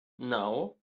naŭ